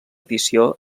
edició